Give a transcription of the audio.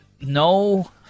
no